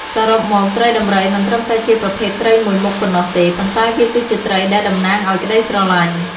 សរុបមក ត្រីដំរីមិនត្រឹមតែជាប្រភេទត្រីមួយមុខប៉ុណ្ណោះទេ ប៉ុន្តែវាគឺជាត្រីដែលតំណាងឱ្យក្តីស្រឡាញ់។